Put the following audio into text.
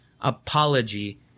apology